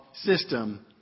system